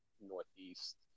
Northeast